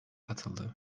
katıldı